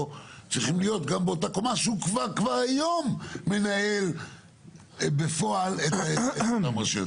צריכים להיות גם באותה קומה כשהוא כבר היום מנהל בפועל את אותן רשויות.